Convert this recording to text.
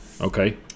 Okay